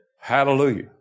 Hallelujah